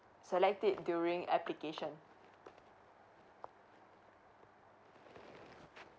select it during application